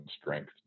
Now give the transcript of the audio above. strength